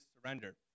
surrender